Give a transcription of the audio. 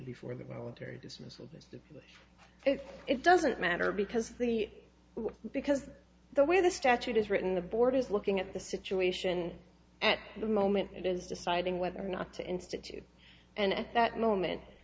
before the military dismissal of us did it doesn't matter because the because the way the statute is written the board is looking at the situation at the moment it is deciding whether or not to institute and that moment